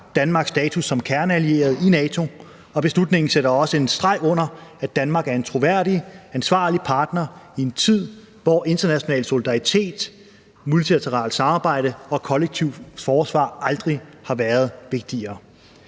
Danmarks status som kerneallieret i NATO, og beslutningen sætter også en streg under, at Danmark er en troværdig, ansvarlig partner i en tid, hvor international solidaritet, multilateralt samarbejde og kollektivt forsvar aldrig har været vigtigere.